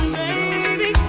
baby